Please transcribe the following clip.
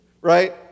right